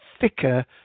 thicker